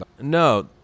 No